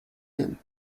him